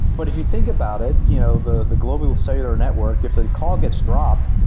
but if you think about it, you know the the global cellular network if the call gets dropped,